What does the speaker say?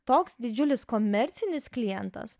toks didžiulis komercinis klientas